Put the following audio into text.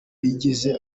bigeze